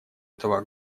этого